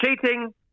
cheating